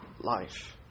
life